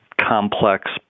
complex